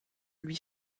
lui